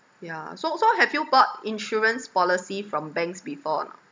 ya so so have you bought insurance policy from banks before or not